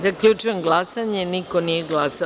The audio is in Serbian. Zaključujem glasanje: niko nije glasao.